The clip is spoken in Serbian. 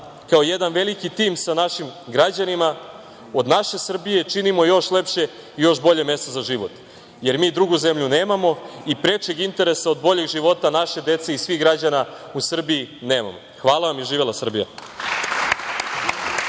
kao jedan veliki tim sa našim građanima, od naše Srbije činimo još lepše i još bolje mesto za život, jer mi drugu zemlju nemamo i prečeg interesa od boljeg života naše dece i svih građana u Srbiji nemamo. Hvala vam i živela Srbija.